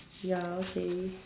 ya okay